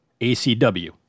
ACW